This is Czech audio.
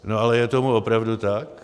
No ale je tomu opravdu tak?